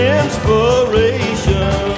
inspiration